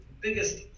biggest